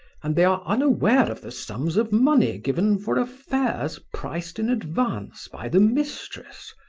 and they are unaware of the sums of money given for affairs priced in advance by the mistress,